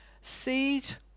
Seed